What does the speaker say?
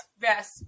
Yes